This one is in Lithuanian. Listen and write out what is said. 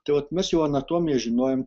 tai vot mes jau anatomiją žinojom